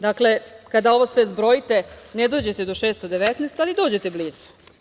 Dakle, kada ovo sve zbrojite ne dođete do 619, ali dođete blizu.